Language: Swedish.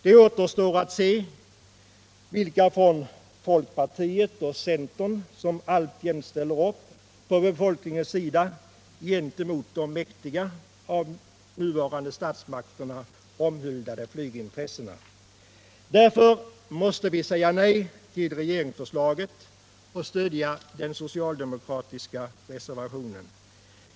Det återstår att se vilka från folkpartiet och centern som alltjämt ställer upp på befolkningens sida gentemot de mäktiga — av de nuvarande statsmakterna omhuldade — flygintressena. Mot den bakgrund jag här angivit måste vi säga nej till regeringsförslaget och stödja den socialdemokratiska reservationen.